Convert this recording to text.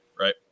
Right